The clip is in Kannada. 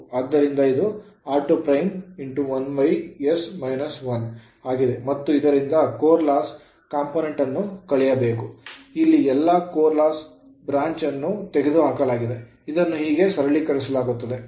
ಆದ್ದರಿಂದ ಇದು r2'1s 1 ಆಗಿದೆ ಮತ್ತು ಇದರಿಂದ ಕೋರ್ ಲಾಸ್ ಕಾಂಪೊನೆಂಟ್ ಅನ್ನು ಕಳೆಯಬೇಕು ಇಲ್ಲಿ ಎಲ್ಲಾ ಕೋರ್ ಲಾಸ್ ಬ್ರಾಂಚ್ ಅನ್ನು ತೆಗೆದುಹಾಕಲಾಗಿದೆ ಇದನ್ನು ಹೀಗೆ ಸರಳೀಕರಿಸಲಾಗುತ್ತದೆ